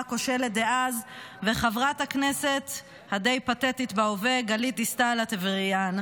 הכושלת דאז וחברת הכנסת הדי-פתטית בהווה גלית דיסטל אטבריאן,